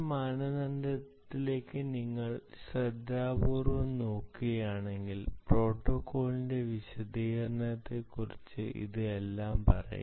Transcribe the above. ഈ മാനദണ്ഡത്തിലേക്ക് നിങ്ങൾ ശ്രദ്ധാപൂർവ്വം നോക്കുകയാണെങ്കിൽ പ്രോട്ടോക്കോളിന്റെ വിശദീകരണത്തെക്കുറിച്ച് ഇത് എല്ലാം പറയും